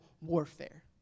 warfare